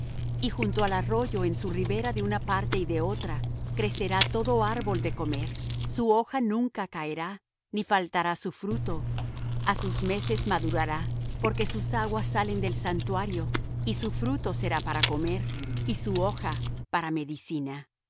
y junto al arroyo en su ribera de una parte y de otra crecerá todo árbol de comer su hoja nunca caerá ni faltará su fruto á sus meses madurará porque sus aguas salen del santuario y su fruto será para comer y su hoja para medicina